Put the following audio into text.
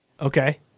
Okay